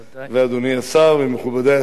ואדוני השר ומכובדי השרים,